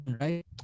right